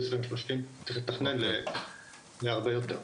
צריך לתכנן להרבה יותר.